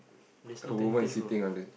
there's no tentage bro